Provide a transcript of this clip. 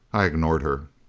i ignored her.